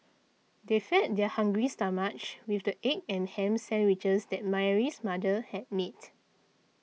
they fed their hungry stomachs with the egg and ham sandwiches that Mary's mother had made